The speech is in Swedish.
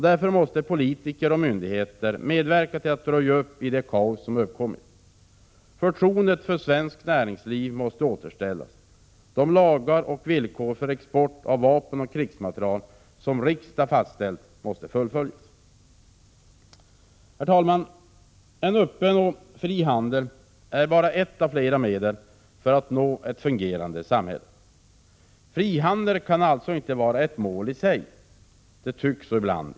Därför måste politiker och myndigheter medverka till att röja upp i det kaos som uppkommit. Förtroendet för svenskt näringsliv måste återställas. De lagar och villkor för export av vapen och krigsmateriel som riksdagen fastställt måste följas. Herr talman! En öppen och fri handel är bara ett av flera medel för att uppnå ett fungerande samhälle. Frihandel kan alltså inte vara ett mål i sig, även om det ibland tycks så i debatten.